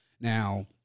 Now